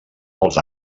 als